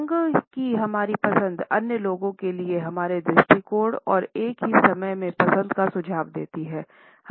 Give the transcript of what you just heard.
रंग की हमारी पसंद अन्य लोगों के लिए हमारे दृष्टिकोण और एक ही समय में पसंद का सुझाव देती है